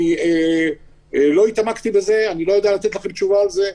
אני לא התעמקתי בזה ואני לא יודע לתת תשובה על זה.